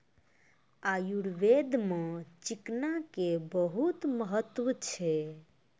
आयुर्वेद मॅ चिकना के बहुत महत्व छै